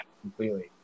completely